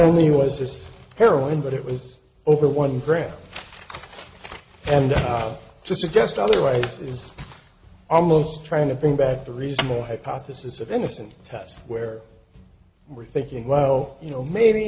only was this heroin but it was over one gram and up to suggest otherwise is almost trying to bring back the reasonable hypothesis of innocence test where we're thinking well you know maybe